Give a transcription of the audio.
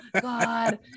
God